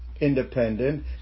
Independent